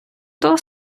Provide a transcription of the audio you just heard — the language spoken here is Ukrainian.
того